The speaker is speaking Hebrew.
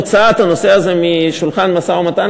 הוצאת הנושא הזה משולחן המשא-ומתן,